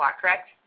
correct